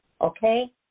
Okay